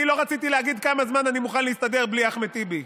אני לא רציתי להגיד כמה זמן אני מוכן להסתדר בלי אחמד טיבי,